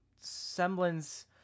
semblance